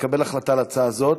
נקבל החלטה על ההצעה הזאת.